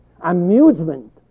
amusement